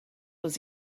was